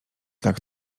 tak